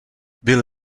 byl